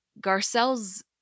Garcelle's